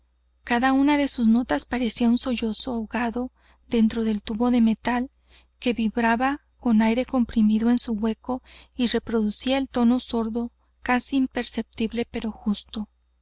cada una de sus notas parecía un sollozo ahogado dentro del tubo de metal que vibraba con el aire comprimido en su hueco y reproducía el tono sordo casi imperceptible pero justo